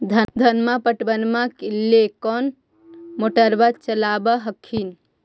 धनमा पटबनमा ले कौन मोटरबा चलाबा हखिन?